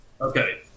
Okay